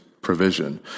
provision